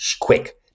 quick